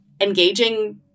engaging